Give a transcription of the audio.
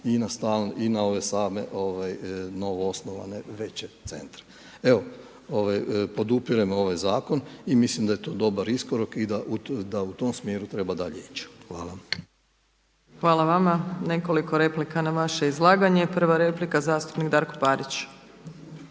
i na ove same novo osnovane veće centre. Evo podupirem ovaj zakon i mislim da je to dobar iskorak i da u tom smjeru treba dalje ići. Hvala. **Opačić, Milanka (SDP)** Hvala vama. Nekoliko replika na vaše izlaganje. Prva replika zastupnik Darko Parić.